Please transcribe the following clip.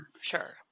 Sure